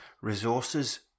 resources